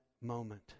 moment